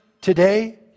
today